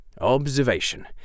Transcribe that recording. Observation